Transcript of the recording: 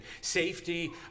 safety